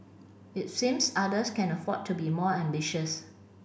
it seems others can afford to be more ambitious